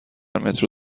مترو